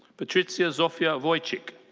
patrycja zofia wojcik.